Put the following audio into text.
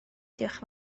diolch